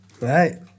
Right